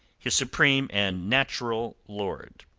his supreme and natural lord.